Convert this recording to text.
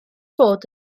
bod